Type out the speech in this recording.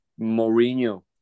Mourinho